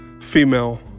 female